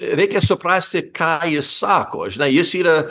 reikia suprasti ką jis sako žinai jis yra